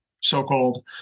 so-called